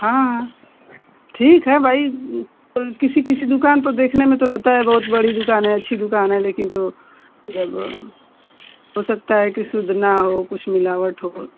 हाँ ठीक है भई किसी किसी दुकान तो देखने में तो रहता है बहुत बड़ी दुकान है अच्छी दुकान है लेकिन तो जब हो सकता है की शुद्ध ना हो कुछ मिलावट हो